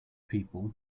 people